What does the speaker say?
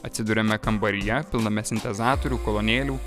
atsiduriame kambaryje pilname sintezatorių kolonėlių